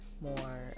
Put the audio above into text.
More